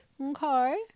Okay